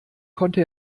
konnte